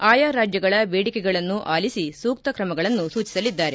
ಆಯಾ ರಾಜ್ಯಗಳ ಬೇಡಿಕೆಗಳನ್ನು ಆಲಿಸಿ ಸೂಕ್ತ ಕ್ರಮಗಳನ್ನು ಸೂಚಿಸಲಿದ್ದಾರೆ